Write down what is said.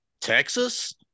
texas